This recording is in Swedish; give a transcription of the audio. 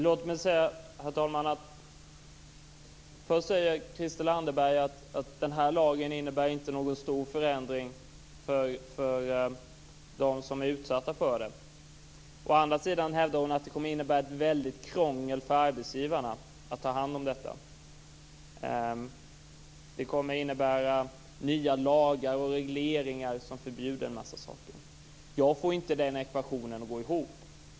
Herr talman! Först säger Christel Anderberg att den här lagen inte innebär någon stor förändring för dem som är utsatta för trakasserier. Å andra sidan hävdar hon att det kommer att innebära mycket krångel för arbetsgivarna att ta hand om detta. Det kommer att innebära nya lagar och regleringar som förbjuder en massa saker. Jag får inte den ekvationen att gå ihop.